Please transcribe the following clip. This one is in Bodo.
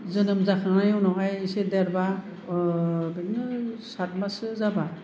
जोनोम जाखांनाय उनावहाय इसे देरबा बिदिनो साथ माससो जाबा